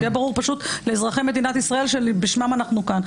פשוט שיהיה ברור לאזרחי מדינת ישראל שבשמם אנחנו כאן.